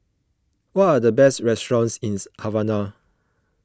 what are the best restaurants in Havana